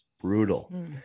brutal